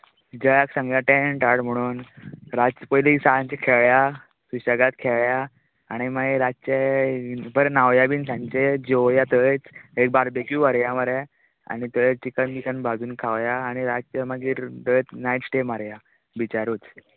जयाक सांगया टॅन्ट हाड म्हूण रातचें पयली सांचे खेळया सुशेगात खेळया आनी मागीर रातचे इ बरे न्हावया बीन सांचे जेवया थंयच एक बारबीक्यू व्हरुया मरे आनी थंय चिकन बिकन भाजून खांवया आनी रातचे मागीर थंयच नायट स्टे मारया बीचारूच